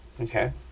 Okay